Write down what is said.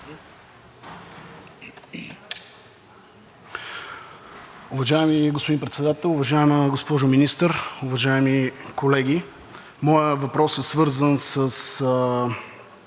Уважаеми господин Председател, уважаема госпожо Министър, уважаеми колеги! Моят въпрос е свързан с